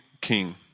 king